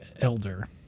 Elder